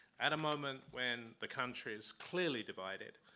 at a moment when the country is clearly divided,